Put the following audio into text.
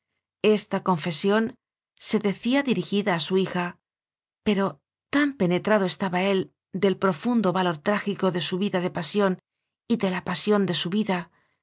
esta confesión se decía dirigida a su hija pero tan penetrado estaba él del profundo valor trágico de su vida de pasión y de la pa sión de su vida